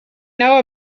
know